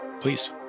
Please